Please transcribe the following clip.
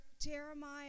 Jeremiah